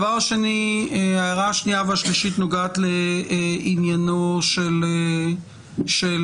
ההערה השנייה והשלישית נוגעות לעניינו של החוק.